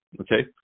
Okay